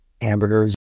hamburgers